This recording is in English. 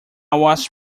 was